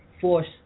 force